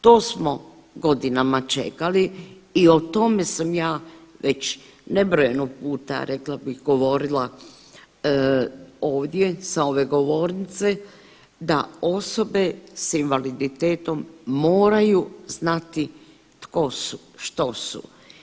To smo godinama čekali i o tome sam ja već nebrojeno puta rekla bih govorila ovdje sa ove govornice da osobe s invaliditetom moraju znati tko su, što su.